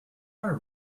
our